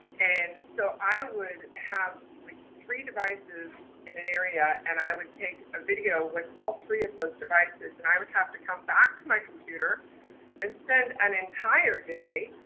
and so i would have like three devices in an area and i would take a video with all three of those devices and i would have to come back to my computer and spend an entire day,